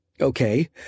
Okay